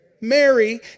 Mary